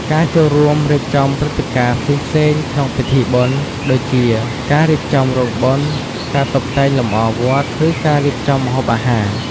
ការចូលរួមរៀបចំព្រឹត្តិការណ៍ផ្សេងៗក្នុងពិធីបុណ្យ ដូចជាការរៀបចំរោងបុណ្យ ការតុបតែងលម្អវត្ត ឬការរៀបចំម្ហូបអាហារ។